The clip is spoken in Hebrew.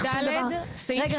סעיף 2(ד) -- רגע,